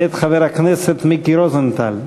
מאת חבר הכנסת מיקי רוזנטל.